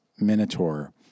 Minotaur